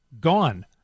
gone